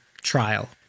trial